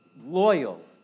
loyal